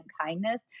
kindness